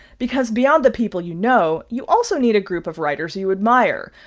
because beyond the people you know, you also need a group of writers you admire,